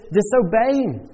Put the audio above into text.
disobeying